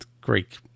Greek